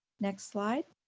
next slide.